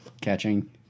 catching